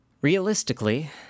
realistically